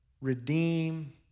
redeem